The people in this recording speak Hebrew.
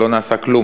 לא נעשה כלום